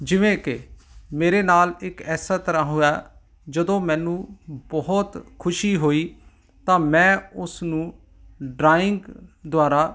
ਜਿਵੇਂ ਕਿ ਮੇਰੇ ਨਾਲ ਇੱਕ ਇਸ ਤਰ੍ਹਾਂ ਹੋਇਆ ਜਦੋਂ ਮੈਨੂੰ ਬਹੁਤ ਖੁਸ਼ੀ ਹੋਈ ਤਾਂ ਮੈਂ ਉਸ ਨੂੰ ਡਰਾਇੰਗ ਦੁਆਰਾ